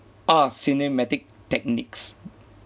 are cinematic techniques